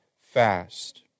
fast